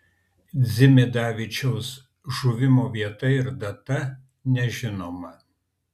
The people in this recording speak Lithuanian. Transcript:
dzimidavičiaus žuvimo vieta ir data nežinoma